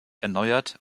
erneuert